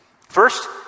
First